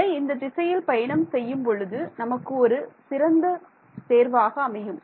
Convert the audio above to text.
அலை இந்த திசையில் பயணம் செய்யும் பொழுது நமக்கு ஒரு சிறந்த தேர்வாக அமையும்